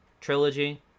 trilogy